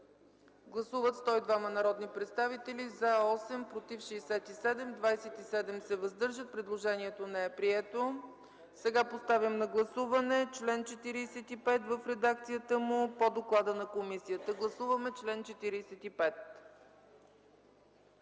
Гласували 102 народни представители: за 8, против 67, въздържали се 27. Предложението не е прието. Сега подлагам на гласуване чл. 45 в редакцията му по доклада на комисията. Гласували 102